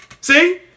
see